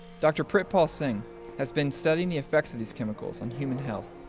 dr. pritpal singh has been studying the effects of these chemicals on human health,